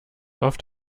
oft